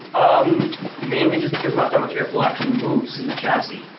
um mainly just because not that much air flow actually moves through the chassis.